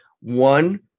One